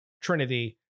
Trinity